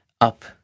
up